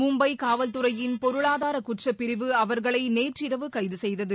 மும்பை காவல்துறையின் பொருளாதார குற்றப்பிரிவு அவர்களை நேற்று இரவு கைது செய்தது